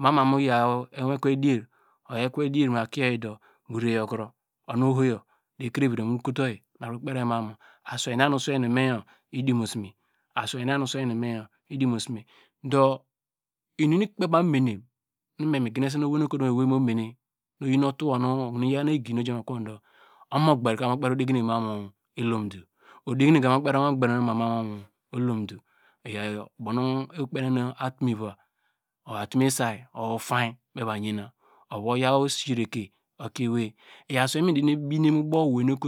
Mama mu yawo iwekwe dier or ekwe dier mu kwe oyi dui rere, yokuro onu oho yor, ekre vivi mu koto oyi, mu dar kro kperi oyi ma mu aswei na nu oswei nu me yor mi blemase, aswei na nu oswei nu me yor idiomusume. do inum nu ikpe baw menen nu me miginese owei nu ekoto ni iyinu uto wo nu owene yaw nu egi nu ojama okuwo du omomogber ka mu kperi odegineye ma mu elomtu odeginey ka mu kperi omogber nu ono- ma mu elomtu, oyor ubow nu ikpen okonu atumeva or atume say or ufainy mu eva ye a, ovu oyaw osireke okier owei, iyor asuwei nu me derene bine mu baw owei nu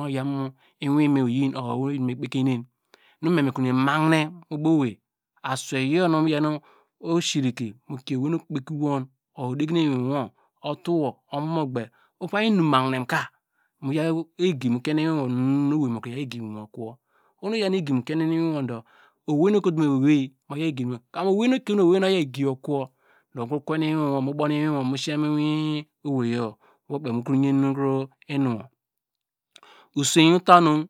oyaw mu iwine oyan or owei nu iyinu me ekpeke hine, nu me kimine ma hine mu osireke mi ke ewei nu ekpeki won or omomogber uvai inum mahinem ka mu yor egi mu kien ne iwin wor nu nu owei mu yaw egi mokowor, owei nu ekoto mu owei mu yaw egi, kam owei nu ekoto owei mu buwu iwinwu mu siye mu iwine ewei yor do mu yen inu inuwo, oswei mu ta nu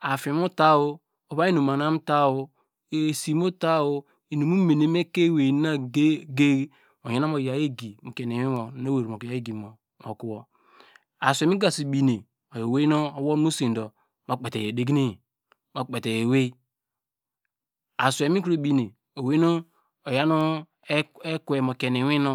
ofieny mu ta, ovai inum mahinem mu tai, esimu ta, inum nu mu mene mu ekein ewei na ge- ge, oyan oko nu mu yaw egi mu kiene iwiwu nu oweivi vi mu yaw egi mu kowo. aswei nu mi gasi bine, oyor owei nu owolem uswei du mo kpei tei edegineny mu kpetei ewei, aswei nu mi kro bine owei nu oyan ekwe mu kiene iwinu.